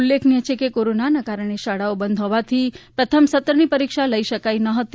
ઉલ્લેખનીય છે કે કોરોનાના કારણે શાળાઓ બંધ હોવાથી પ્રથમ સત્રની પરીક્ષા લઈ શકાઈ ન હતી